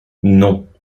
non